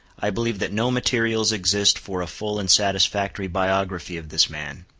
i believe that no materials exist for a full and satisfactory biography of this man.